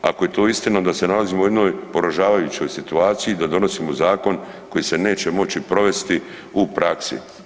Ako je to istina onda se nalazimo u jednoj poražavajućoj situaciji da donosimo zakon koji se neće moći provesti u praksi.